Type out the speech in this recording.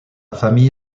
famille